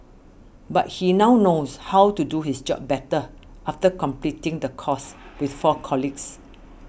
but he now knows how to do his job better after completing the course with four colleagues